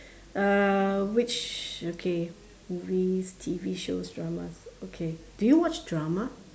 uh which okay movies T_V shows dramas okay do you watch drama